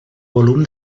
volum